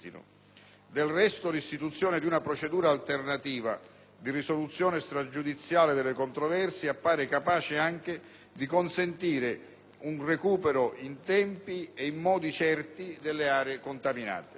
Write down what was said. Del resto, l'istituzione di una procedura alternativa di risoluzione stragiudiziale delle controversie appare capace anche di consentire un recupero in tempi certi delle aree contaminate.